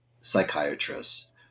psychiatrists